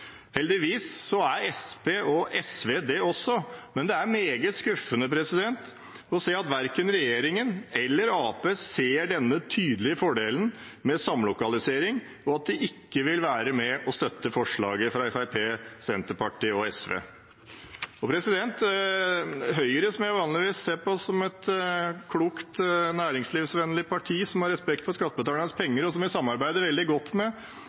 Heldigvis er Senterpartiet og SV det også, men det er meget skuffende å se at verken regjeringspartiene eller Arbeiderpartiet ser denne tydelige fordelen med samlokalisering, og at de ikke vil være med og støtte forslaget fra Fremskrittspartiet, Senterpartiet og SV. Jeg synes det er synd at Høyre, som jeg vanligvis ser på som et klokt, næringslivsvennlig parti, som har respekt for skattebetalernes penger, og som vi samarbeider veldig godt med,